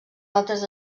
altres